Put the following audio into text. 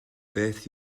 beth